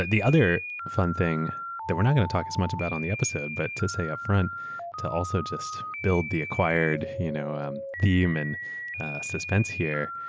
the other fun thing that we're not going to talk as much about on the episode but to say upfront to also just build the acquired you know um human suspense here,